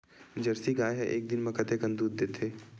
Jersey गाय ह एक दिन म कतेकन दूध देथे?